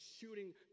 shooting